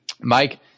Mike